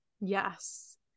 Yes